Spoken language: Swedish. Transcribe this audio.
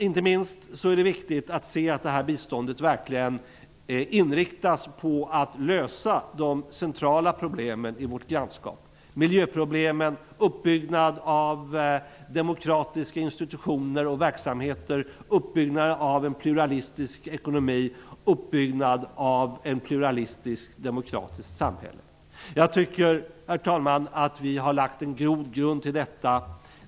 Inte minst är det viktigt att se till att det här biståndet verkligen inriktas på att lösa de centrala problemen i vårt grannskap: miljöproblemen, uppbyggnad av demokratiska institutioner och verksamheter, uppbyggnad av pluralistiska ekonomier och pluralistiska demokratiska samhällen. Jag tycker, herr talman, att vi har lagt en grogrund till detta.